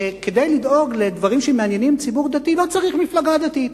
שכדי לדאוג לדברים שמעניינים ציבור דתי לא צריך מפלגה דתית: